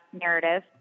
Narrative